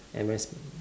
and